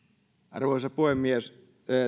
arvoisa puhemies